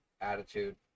attitude